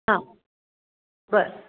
हां बरं